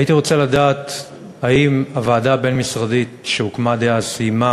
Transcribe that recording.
הייתי רוצה לדעת אם הוועדה הבין-משרדית שהוקמה אז סיימה